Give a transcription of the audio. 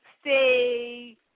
Stay